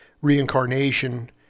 reincarnation